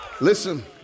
Listen